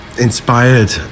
inspired